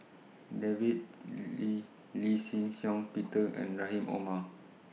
Davies Lee Lee Shih Shiong Peter and Rahim Omar